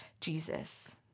Jesus